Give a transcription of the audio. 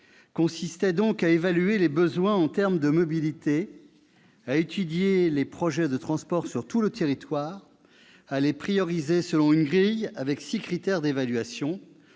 consistait donc à évaluer les besoins en termes de mobilité, à étudier les projets de transport sur tout le territoire et à les prioriser selon une grille comportant six critères d'évaluation